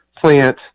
plant